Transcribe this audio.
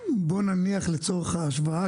בוא נניח לצורך ההשוואה,